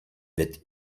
wird